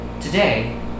Today